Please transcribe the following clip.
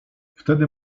wtedy